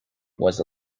was